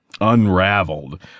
unraveled